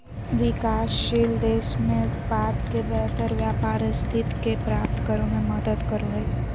विकासशील देश में उत्पाद के बेहतर व्यापार स्थिति के प्राप्त करो में मदद करो हइ